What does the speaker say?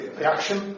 reaction